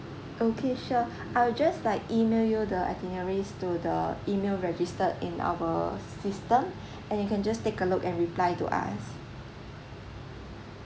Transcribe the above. okay sure I'll just like email you the itineraries to the email registered in our system and you can just take a look and reply to us